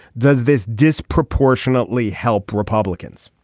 does this disproportionately help republicans